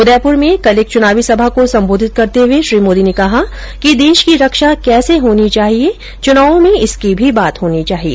उदयपुर में कल एक चुनावी सभा को संबोधित करते हुए श्री मोदी ने कहा कि देश की रक्षा कैसे होनी चाहिए चुनावों में इसकी भी बात होनी चाहिए